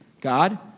God